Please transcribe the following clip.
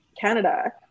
Canada